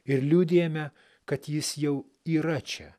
ir liudijame kad jis jau yra čia